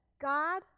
God